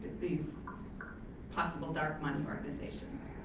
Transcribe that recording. these possible dark money organizations.